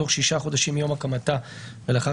בתוך שישה חודשים מיום הקמתה ולאחר